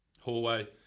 hallway